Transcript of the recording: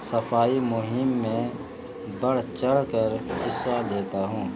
صفائی مہم میں بڑھ چڑھ کر حصہ لیتا ہوں